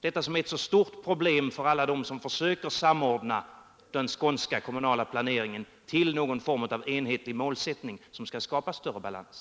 Detta är ett stort problem för alla dem som försöker samordna den skånska kommunala planeringen till någon form av enhetlig målsättning, som skall skapa större balans.